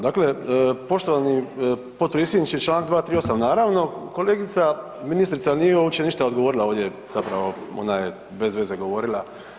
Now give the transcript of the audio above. Dakle, poštovani potpredsjedniče čl. 238., naravno kolegica ministrica nije uopće odgovorila ovdje zapravo, ona je bez veze govorila.